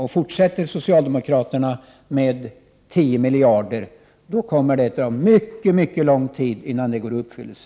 Håller socialdemokraterna fast vid 10 miljarder kommer det att ta mycket lång tid innan denna önskan kan gå i uppfyllelse.